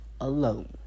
alone